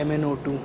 MnO2